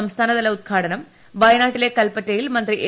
സംസ്ഥാനതല ഉദ്ഘാടനം വയനാട്ടിലെ കൽപ്പറ്റയിൽ മന്ത്രി എ